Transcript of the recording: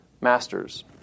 masters